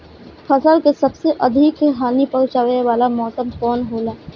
फसल के सबसे अधिक हानि पहुंचाने वाला मौसम कौन हो ला?